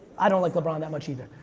i don't like lebron that much either.